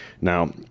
Now